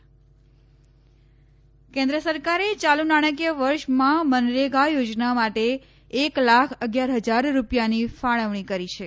તોમર મનરેગા કેન્ર સરકારે ચાલુ નાણાંકીય વર્ષમાં મનરેગા યોજના માટે એક લાખ અગિયાર હજાર રૂપિયાની ફાળવણી કરી છે